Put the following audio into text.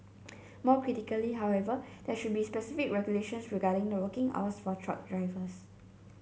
more critically however there should be very specific regulations regarding the working hours for truck drivers